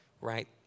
right